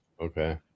Okay